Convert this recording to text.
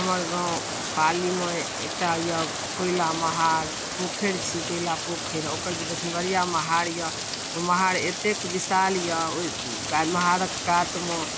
हमर गाम पालीमे एकटा अइ कोइला महार ओ पोखरि छी कोइला पोखरि ओकर जे दछिनबरिआ महार अइ ओ महार एतेक विशाल अइ ओहि महारके कातमे